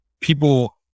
people